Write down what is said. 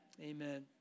Amen